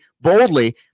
boldly